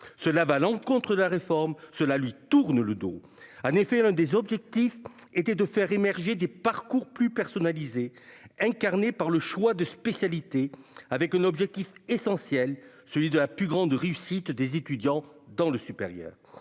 cela va l'encontre de la réforme, cela lui tourne le dos en effet l'un des objectifs était de faire émerger des parcours plus personnalisés, incarnée par le choix de spécialité avec un objectif essentiel, celui de la plus grande réussite des étudiants dans le supérieur,